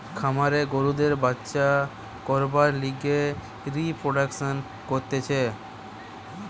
খামারে গরুদের বাচ্চা করবার লিগে রিপ্রোডাক্সন করতিছে